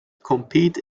compete